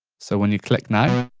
so when you click now,